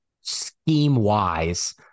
scheme-wise